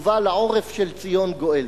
ובא לעורף של ציון גואל.